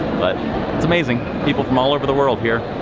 but it's amazing people from all over the world here,